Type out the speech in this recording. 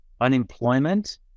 unemployment